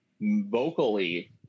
vocally